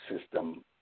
system